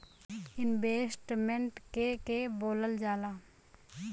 Investment के के बोलल जा ला?